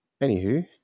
Anywho